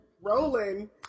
rolling